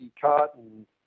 cotton